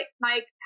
Mike